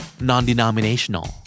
Non-denominational